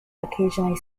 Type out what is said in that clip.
occasionally